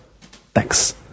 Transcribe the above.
Thanks